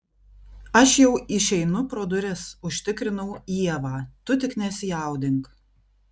aš jau išeinu pro duris užtikrinau ievą tu tik nesijaudink